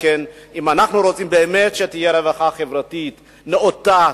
אם אנחנו רוצים באמת שתהיה רווחה חברתית נאותה,